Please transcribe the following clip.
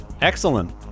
Excellent